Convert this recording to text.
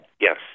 yes